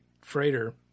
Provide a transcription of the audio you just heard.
freighter